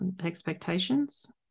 expectations